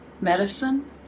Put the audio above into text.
medicine